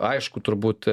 aišku turbūt